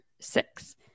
six